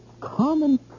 common